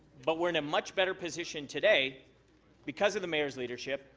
but we're in a much better position today because of the mayor's leadership,